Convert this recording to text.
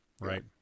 right